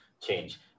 change